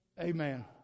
Amen